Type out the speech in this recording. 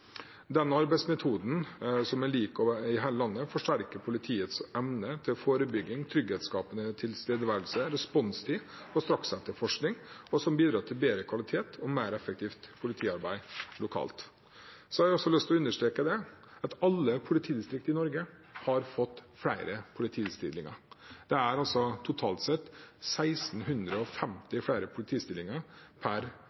Arbeidsmetoden, som er lik over hele landet, forsterker politiets evne til forebygging, trygghetsskapende tilstedeværelse, responstid og straksetterforskning, noe som bidrar til bedre kvalitet og mer effektivt politiarbeid lokalt. Jeg har også lyst til å understreke at alle politidistrikt i Norge har fått flere politistillinger. Det er totalt sett 1 650 flere politistillinger per